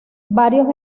varios